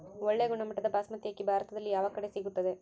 ಒಳ್ಳೆ ಗುಣಮಟ್ಟದ ಬಾಸ್ಮತಿ ಅಕ್ಕಿ ಭಾರತದಲ್ಲಿ ಯಾವ ಕಡೆ ಸಿಗುತ್ತದೆ?